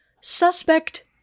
suspect